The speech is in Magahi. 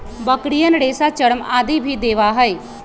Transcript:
बकरियन रेशा, चर्म आदि भी देवा हई